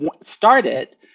started